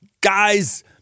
guys